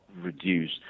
reduce